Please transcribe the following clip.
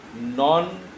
non